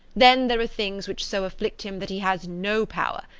then there are things which so afflict him that he has no power,